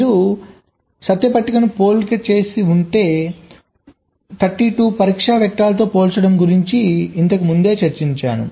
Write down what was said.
మీరు సత్య పట్టిక పోలిక చేసి ఉంటే 32 పరీక్ష వెక్టర్లతో పోల్చడం గురించి ఇంతకు ముందే చర్చించాము